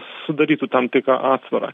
sudarytų tam tikrą atsvarą